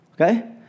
Okay